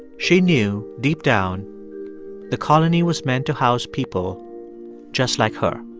she knew deep down the colony was meant to house people just like her.